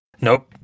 nope